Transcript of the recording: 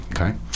okay